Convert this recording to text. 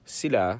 sila